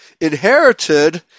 inherited